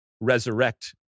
resurrect